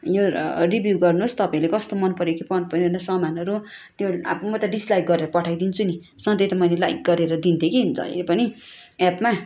यो रिभ्यू गर्नुहोस् तपाईँहरूले कस्तो मनपऱ्यो कि परेन समानहरू त्यो अब म त डिस्लाइक गरेर पठाइदिन्छु नि सधैँ त मैले लाइक गरेर दिन्थेँ कि जहिल्यै पनि एपमा